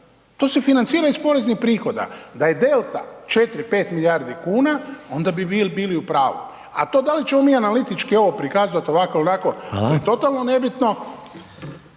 jer se financira iz poreznih prihoda. Da je delta 4, 5 milijardi kuna, onda bi vi bili u pravu, a to da li ćemo mi analitički ovo prikazati ovako ili onako, to je totalno nebitno.